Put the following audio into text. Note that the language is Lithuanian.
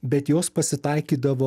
bet jos pasitaikydavo